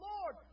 Lord